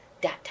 Dot